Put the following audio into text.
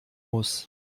muss